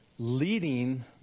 Leading